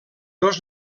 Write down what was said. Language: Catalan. dos